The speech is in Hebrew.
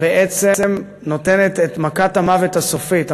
בעצם נותנת את מכת המוות הסופית,